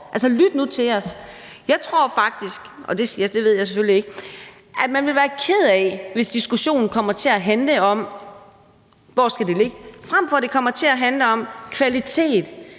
altså, lyt nu til os. Jeg tror faktisk – men jeg ved det selvfølgelig ikke – at man vil være ked af det, hvis diskussionen kommer til at handle om, hvor det skal ligge, frem for at det kommer til at handle om kvalitetssikring